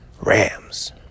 Rams